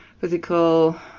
physical